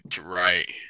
right